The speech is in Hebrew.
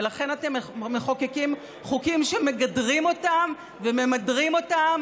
ולכן אתם מחוקקים חוקים שמגדרים אותם וממדרים אותם